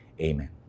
amen